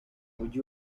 ujye